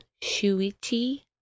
Shuichi